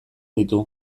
ditu